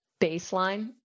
baseline